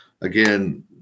again